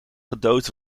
gedood